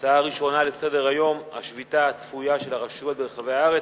הנושא הראשון: השביתה הצפויה של הרשויות ברחבי הארץ,